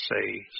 say